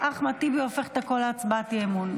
ואחמד טיבי הופך את הכול להצבעת אי-אמון.